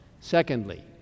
Secondly